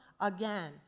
again